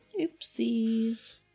Oopsies